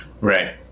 Right